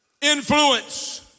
influence